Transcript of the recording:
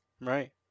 Right